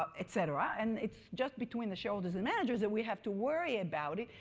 um etc. and it's just between the shareholders and managers that we have to worry about it.